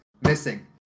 Missing